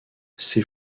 ses